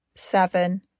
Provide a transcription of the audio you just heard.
Seven